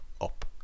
up